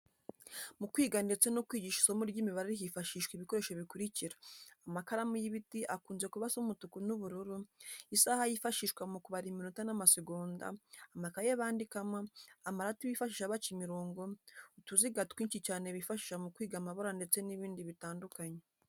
Mu kwiga ndetse no kwigisha isomo ry'imibare hifashishwa ibikoresho bikurikira: amakaramu y'ibiti akunze kuba asa umutuku n'ubururu, isaha yifashishwa mu kubara iminota n'amasegonda, amakayi bandikamo, amarati bifashisha baca imirongo, utuziga twinshi cyane bifashisha mu kwiga amabara ndetse n'ibindi bitandukanye.